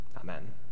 Amen